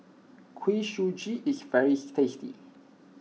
Kuih Suji is very tasty